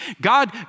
God